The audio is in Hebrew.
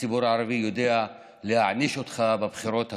הציבור הערבי ידע להעניש אותך בבחירות הקרובות,